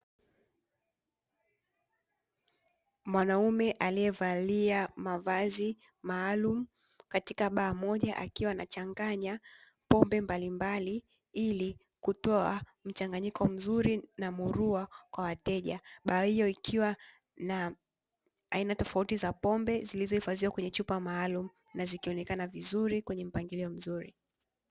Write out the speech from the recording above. Mwanaume aliyevalia mavazi maalumu katika baa moja akiwa anachanganya pombe mbalimbali, ili kutoa mchanganyiko mzuri na murua kwa wateja. Baa hiyo ikiwa na aina tofauti za pombe zilizohifadhiwa kwenye chupa maalumu, na zikionekana vizuri kwenye mpangilio mzuri.